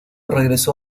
regresó